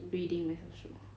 reading my 小说